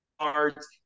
cards